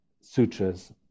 sutras